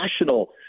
national